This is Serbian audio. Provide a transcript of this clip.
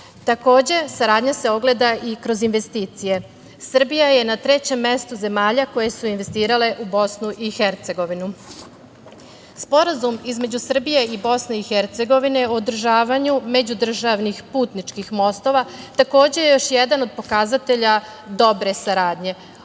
Takođe, saradnja se ogleda i kroz investicije, Srbija je na trećem mestu zemalja koje su investirale u BiH.Sporazum između Srbije i BiH o održavanju međudržavnih putničkih mostova takođe je još jedan do pokazatelja dobre saradnje.